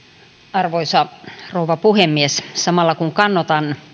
arvoisa rouva puhemies samalla kun kannatan